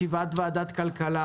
אנחנו פותחים את ישיבת ועדת הכלכלה